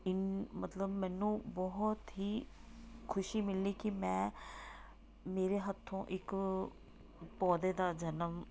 ਇੰਨ ਮਤਲਬ ਮੈਨੂੰ ਬਹੁਤ ਹੀ ਖੁਸ਼ੀ ਮਿਲਣੀ ਕਿ ਮੈਂ ਮੇਰੇ ਹੱਥੋਂ ਇੱਕ ਪੌਦੇ ਦਾ ਜਨਮ